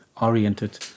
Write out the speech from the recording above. oriented